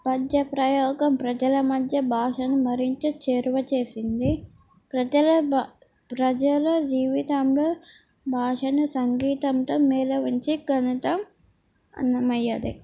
పద్య ప్రయోగం ప్రజల మధ్య భాషను మరింత చేరువ చేసింది ప్రజల భా ప్రజల జీవితంలో భాషను సంగీతంతో మేళవించిన ఘనత అన్నమయ్యది